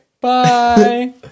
Bye